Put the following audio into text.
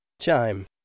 Chime